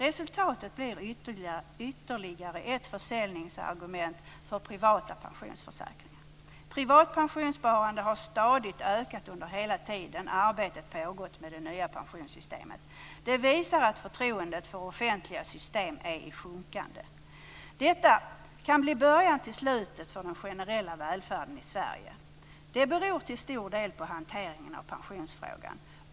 Resultatet blir ytterligare ett försäljningsargument för privata pensionsförsäkringar. Privat pensionssparande har stadigt ökat under hela tiden arbetet pågått med det nya pensionssystemet. Det visar att förtroendet för offentliga system är i sjunkande. Detta kan bli början till slutet för den generella välfärden i Sverige. Det beror till stor del på hanteringen av pensionsfrågan.